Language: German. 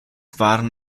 waren